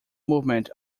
movement